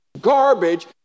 garbage